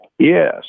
Yes